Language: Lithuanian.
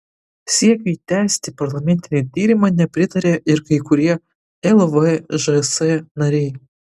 siekiui tęsti parlamentinį tyrimą nepritaria ir kai kurie lvžs nariai